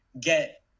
get